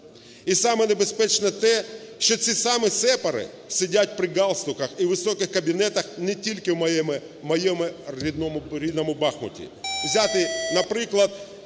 І саме небезпечне те, що ці самі "сепари" сидять при галстуках і високих кабінетах не тільки в моєму рідному Бахмуті.